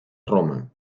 roma